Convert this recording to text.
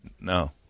No